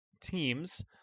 teams